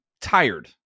tired